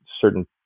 certain